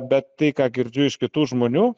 bet tai ką girdžiu iš kitų žmonių